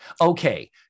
Okay